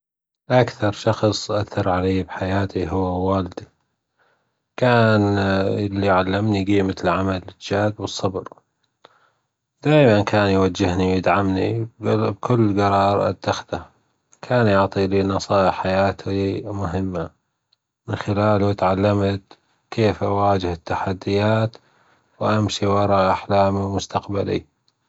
أكثر شخص أثر علي بحياتي هو والدي. كان اللي علمني جيمة العمل الجاد والصبر، دايما كان يوجهني ويدعمني بكل جرار اتخذه، كان يعطيني نصائح حياتي مهمة، من خلاله أتعلمت كيف أواجه التحديات؟ وأمشي وراء أحلامي المستقبلية.